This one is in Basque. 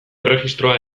erregistroa